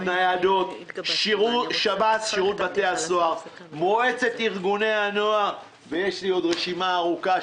ניידות; שב"ס; מועצת ארגוני הנוער; והרשימה עוד ארוכה,